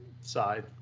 side